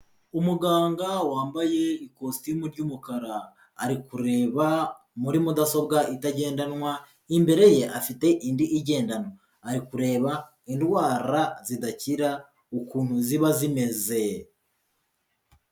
Umuganga wambaye ikositimu ry'umukara, ari kureba muri mudasobwa itagendanwa, imbere ye afite indi igendanwa, ari kureba indwara zidakira ukuntu ziba zimeze.